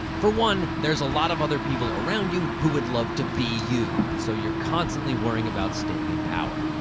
for one, there's a lot of other people around you who would love to be you, so you're constantly worrying about staying in power.